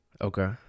Okay